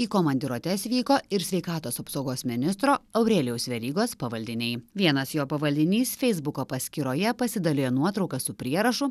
į komandiruotes vyko ir sveikatos apsaugos ministro aurelijaus verygos pavaldiniai vienas jo pavaldinys feisbuko paskyroje pasidalijo nuotrauka su prierašu